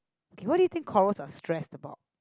okay what do you think corals are stressed about